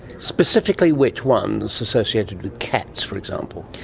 specifically which ones associated with cats, for example?